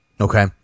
Okay